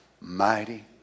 mighty